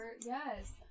yes